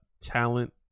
talent